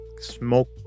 smoke